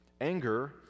Anger